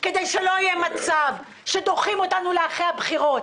כדי שלא יהיה מצב שדוחים אותנו לאחרי הבחירות,